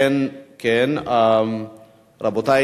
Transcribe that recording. בעד,